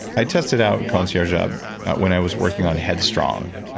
i tested out concierge up when i was working on head strong,